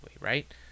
right